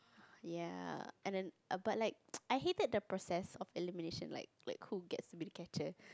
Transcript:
ya and then but like I hated the process of elimination like like who gets be catcher